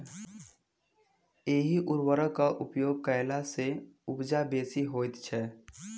एहि उर्वरकक उपयोग कयला सॅ उपजा बेसी होइत छै